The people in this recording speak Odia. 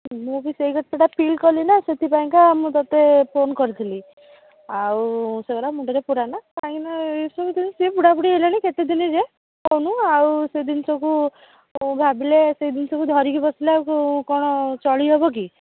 ମୁଁ ବି ସେହି କଥାଟା ଫିଲ୍ କଲି ନା ସେଥିପାଇଁ କା ମୁଁ ତୋତେ ଫୋନ୍ କରିଥିଲି ଆଉ ସେ ଗୁଡ଼ା ମୁଣ୍ଡରେ ପୁରାନା କାଇଁକି ନା ଏସବୁ ସେ ବୁଢ଼ାବୁଢୀ ହେଲେଣି କେତେ ଦିନ ଯେ କହୁନୁ ଆଉ ସେ ଜିନିଷକୁ ଭାବିଲେ ସେ ଜିନିଷକୁ ଧରିକି ବସିଲେ ଆଉ କ'ଣ ଚଳି ହେବ କି